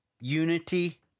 Unity